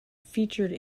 featured